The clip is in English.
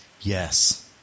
Yes